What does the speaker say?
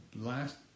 last